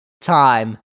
time